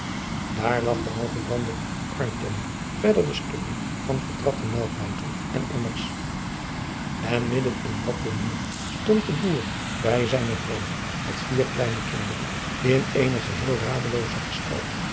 buisman verder de stukken van vertrapte melkmouten en emmers en midden in dat tooneel stond de boer bij zijne vrouw met vier kleine kinderen in eene geheel radelooze gestalte